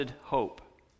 hope